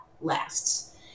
lasts